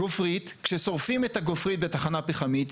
כאשר שורפים את הגופרית בתחנה פחמית,